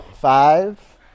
Five